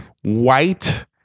white